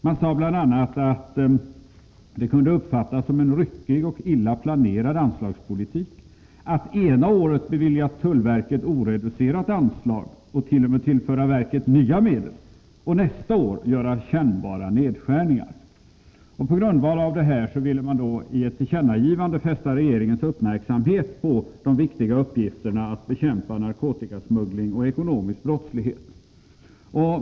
Man sade bl.a. att det kunde uppfattas som en ryckig och illa planerad anslagspolitik att ena året bevilja tullverket oreducerat anslag, och t.o.m. tillföra verket nya medel, och nästa år göra kännbara nedskärningar. På grundval av detta ville utskottet då i ett tillkännagivande fästa regeringens uppmärksamhet på de viktiga uppgifterna som bekämpande av narkotikasmuggling och ekonomisk brottslighet utgör.